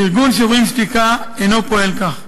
ארגון "שוברים שתיקה" אינו פועל כך.